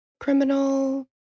Criminal